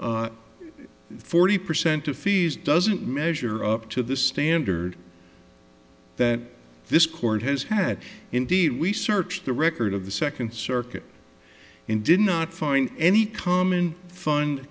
taken forty percent of fees doesn't measure up to the standard that this court has had indeed we searched the record of the second circuit and did not find any common fund